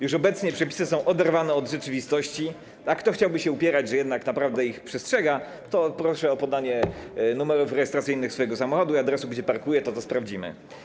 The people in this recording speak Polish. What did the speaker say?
Już obecnie przepisy są oderwane od rzeczywistości, a tego, kto chciałby się upierać, że jednak naprawdę ich przestrzega, proszę o podanie numeru rejestracyjnego swojego samochodu i adresu, gdzie parkuje, to to sprawdzimy.